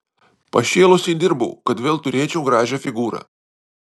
pašėlusiai dirbau kad vėl turėčiau gražią figūrą